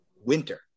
winter